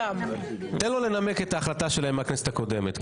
תן לו לנמק את ההחלטה שלהם מהכנסת הקודמת.